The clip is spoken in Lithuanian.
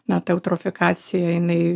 na ta eutrofikacija jinai